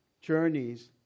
journeys